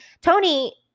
Tony